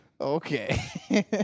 okay